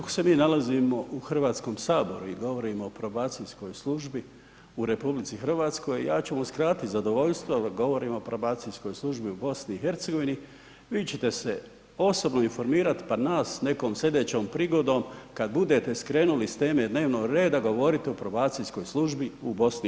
Kako se mi nalazimo u Hrvatskom saboru i govorimo o Probacijskoj službi u RH, ja ću vam uskratiti zadovoljstvo da govorimo o probacijskoj službi u BiH, vi ćete se osobno informirati pa nas nekom sljedećom prigodom kada budete skrenuli s teme dnevnog reda govoriti o probacijskoj službi u BiH.